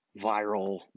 viral